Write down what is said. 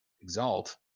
exalt